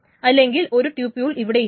അങ്ങനെ ഒരു ട്യൂപിൾ ഇവിടെ ഇല്ല